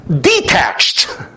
detached